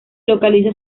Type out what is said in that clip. localiza